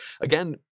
Again